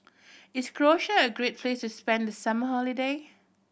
is Croatia a great place to spend the summer holiday